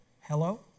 Hello